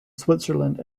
switzerland